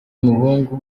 w’umuhungu